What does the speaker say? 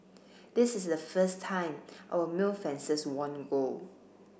this is the first time our male fencers won gold